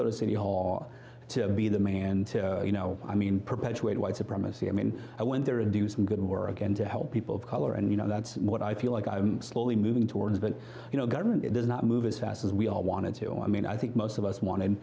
go to city hall to be the man and you know i mean perpetuate white supremacy i mean i went there and do some good work and to help people of color and you know that's what i feel like i'm slowly moving towards but you know government does not move as fast as we all wanted to i mean i think most of us wanted